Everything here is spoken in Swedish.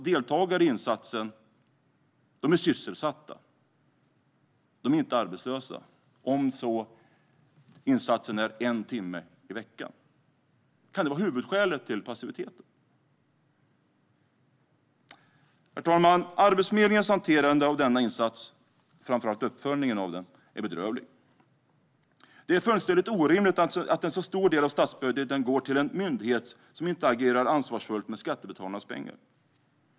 Deltagare i insatsen är ju sysselsatta. De är inte arbetslösa, även om insatsen är en timme i veckan. Kan detta vara huvudskälet till passiviteten? Herr talman! Arbetsförmedlingens hanterande av denna insats, framför allt uppföljningen av den, är bedrövligt. Det är fullständigt orimligt att en så stor del av statsbudgeten går till en myndighet som inte agerar ansvarsfullt med skattebetalarnas pengar.